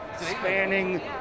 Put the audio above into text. spanning